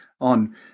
on